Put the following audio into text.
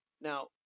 Now